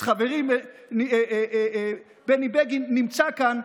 אז חברי בני בגין נמצא כאן,